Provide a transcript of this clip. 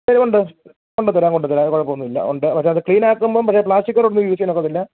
ഉണ്ട് കൊണ്ട് തരാം കൊണ്ട് തരാം അത് കുഴപ്പം ഒന്നും ഇല്ല ഉണ്ട് പക്ഷേ അത് ക്ലീൻ ആക്കുമ്പോൾ പക്ഷെ പ്ലാസ്റ്റിക് കവറൊന്നും യൂസ് ചെയ്യാൻ ഒക്കത്തില്ല